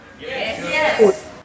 Yes